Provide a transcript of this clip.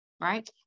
Right